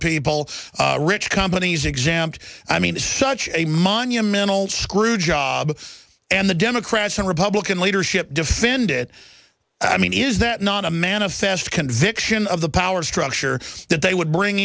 people rich companies example i mean it's such a monumental screw job and the democrats and republican leadership defend it i mean is that not a manifest conviction of the power structure that they would bring